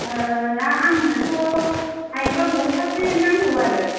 दा आंनो थ' हायोब्ला बस्था से नांगौ आरो